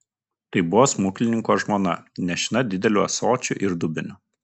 tai buvo smuklininko žmona nešina dideliu ąsočiu ir dubeniu